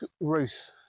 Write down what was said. Ruth